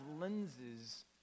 lenses